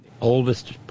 Oldest